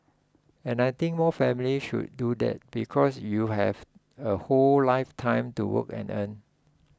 and I think more families should do that because you have a whole lifetime to work and earn